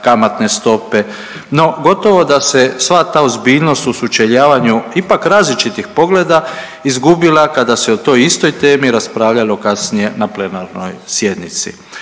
kamatne stope. No, gotovo da se sva ta ozbiljnost u sučeljavanju ipak različitih pogleda izgubila kada se o toj istoj temi raspravljalo kasnije na plenarnoj sjednici.